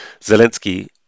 Zelensky